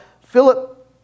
Philip